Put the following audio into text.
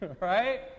right